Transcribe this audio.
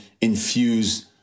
infuse